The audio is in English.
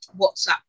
whatsapp